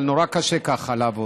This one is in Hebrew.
אבל נורא קשה ככה לעבוד.